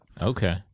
Okay